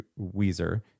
Weezer